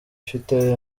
ifite